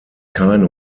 keine